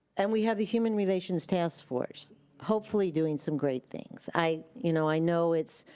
and we have the human relations task force hopefully doing some great things. i, you know, i know it's,